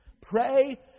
Pray